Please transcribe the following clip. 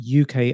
UK